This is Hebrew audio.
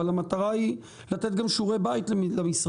אבל המטרה היא לתת גם שיעורי בית למשרדים.